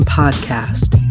podcast